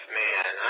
man